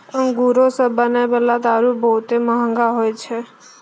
अंगूरो से बनै बाला दारू बहुते मंहगा होय छै